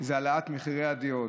הנושא הוא העלאת מחירי הדירות.